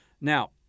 Now